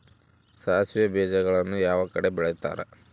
ಸಾಸಿವೆ ಬೇಜಗಳನ್ನ ಯಾವ ಕಡೆ ಬೆಳಿತಾರೆ?